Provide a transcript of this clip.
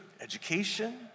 education